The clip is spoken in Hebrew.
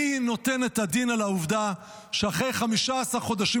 מי נותן את הדין על העובדה שאחרי 15 חודשים